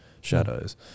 shadows